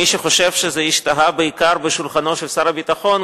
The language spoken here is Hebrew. מי שחושב שזה השתהה בעיקר על שולחנו של שר הביטחון,